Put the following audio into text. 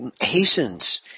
hastens